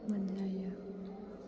मोनजायो